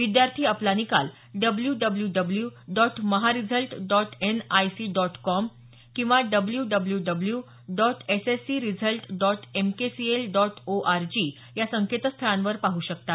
विद्यार्थी आपला निकाल W W dot Maha result dot NIC dot com किंवा W W W dot S S C result dot M K C L dot O R G या संकेतस्थळावर पाहू शकतात